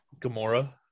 Gamora